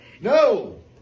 No